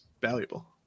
valuable